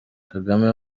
kagame